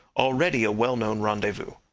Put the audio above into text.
already a well-known rendezvous.